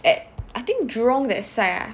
at I think jurong that side ah